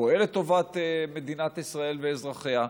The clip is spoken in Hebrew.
הפועל לטובת מדינת ישראל ואזרחיה.